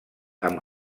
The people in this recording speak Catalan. amb